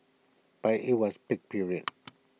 but IT was peak period